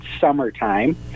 summertime